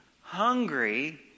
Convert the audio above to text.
hungry